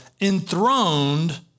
enthroned